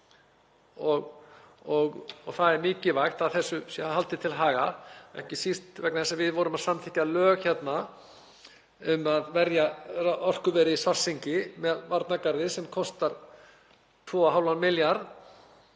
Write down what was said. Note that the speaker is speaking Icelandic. Það er mikilvægt að þessu sé haldið til haga, ekki síst vegna þess að við vorum að samþykkja lög hérna um að verja orkuverið í Svartsengi með varnargarði sem kostar 2,5 milljarð,